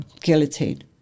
guillotine